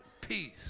peace